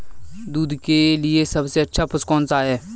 दूध के लिए सबसे अच्छा पशु कौनसा है?